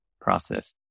process